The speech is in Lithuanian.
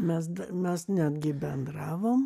mes mes netgi bendravom